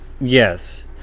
Yes